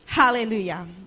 Hallelujah